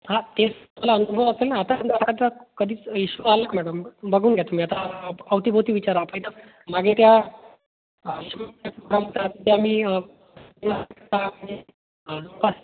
हां तेच तुम्हाला अनुभव असेल ना आता आता कधीच इश्यू आलं मॅडम बघून घ्या तुम्ही आता अवतीभोवती विचारा मागे त्या आम्ही